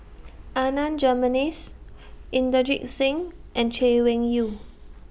Adan Jimenez Inderjit Singh and Chay Weng Yew